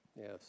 Yes